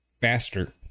faster